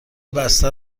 بسته